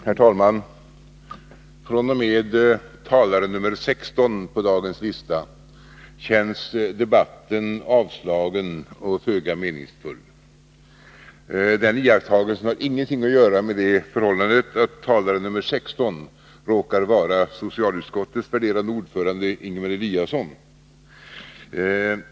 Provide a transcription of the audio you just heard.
karensdagar, Herr talman! fr.o.m. talare nr 16 på dagens lista känns debatten avslagen mm, m. och föga meningsfull. Den iakttagelsen har ingenting att göra med det förhållandet att talare nr 16 råkade vara socialutskottets värderade ordförande, Ingemar Eliasson.